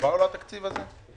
הועבר לו התקציב הזה?